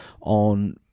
on